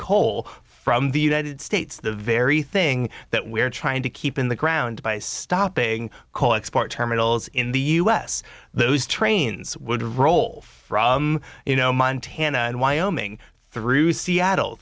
coal from the united states the very thing that we're trying to keep in the ground by stopping coal export terminals in the u s those trains would roll from you know montana and wyoming through seattle